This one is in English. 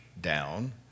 down